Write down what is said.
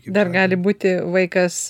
dar gali būti vaikas